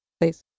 please